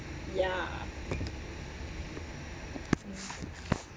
ya